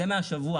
זה מהשבוע